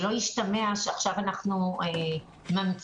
שלא ישתמע שעכשיו אנחנו ממציאים.